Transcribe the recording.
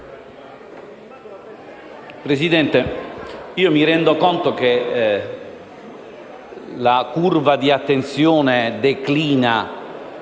Presidente, mi rendo conto che la curva di attenzione declina